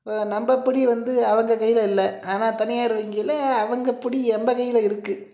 நம்ப பிடி வந்து அவங்க கையில் இல்லை ஆனால் தனியார் வங்கியில் அவங்க பிடி எம்ப கையில் இருக்குது